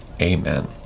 Amen